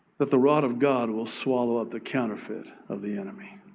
that the rod of god will swallow up the counterfeit of the enemy.